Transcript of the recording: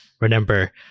remember